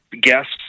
guests